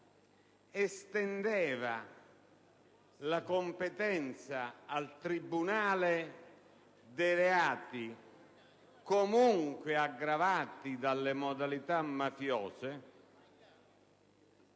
estendeva la competenza al tribunale dei reati comunque aggravati dalle modalità mafiose,